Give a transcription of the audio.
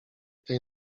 tej